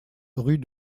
rue